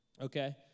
okay